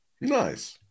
Nice